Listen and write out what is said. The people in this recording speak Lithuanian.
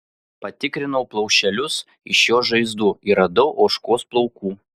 patikrinau plaušelius iš jos žaizdų ir radau ožkos plaukų